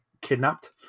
kidnapped